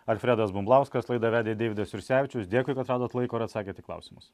alfredas bumblauskas laidą vedė deividas jursevičius dėkui kad radot laiko ir atsakėt į klausimus